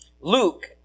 Luke